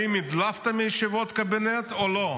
האם הדלפת מישיבות קבינט או לא?